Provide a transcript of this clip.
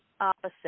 opposite